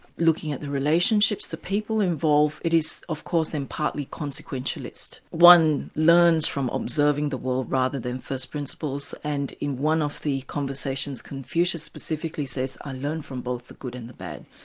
looking at the relationships, the people involved, it is of course then partly consequentialist. one learns from observing the world rather than first principles, and in one of the conversations confucius specifically says, i learn from both the good and the bad.